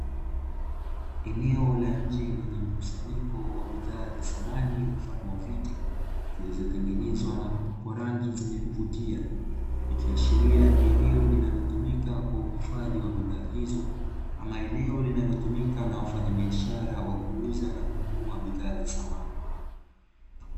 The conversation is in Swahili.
Eneo la nje lenye mkusanyiko wa bidhaa za samani mfano wa viti vilivyotengenezwa na kupakwa rangi zenye kuvutia, ikiashiria ni eneo linalotumika kwa uhifadhi wa bidhaa hizo ama eneo linalotumika na wafanya biashara wa kuuza na kununua bidhaa za samani.